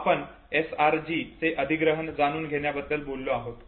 नक्कीच आपण SRG चे अधिग्रहण जाणून घेण्याबद्दल बोललो आहोत